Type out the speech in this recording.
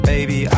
Baby